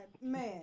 man